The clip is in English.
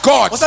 God